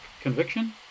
conviction